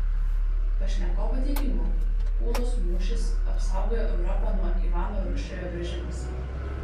pašnekovo teigimu ūlos mūšis apsaugojo europą nuo ivano rūsčiojo veržimosi